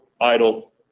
idle